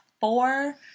four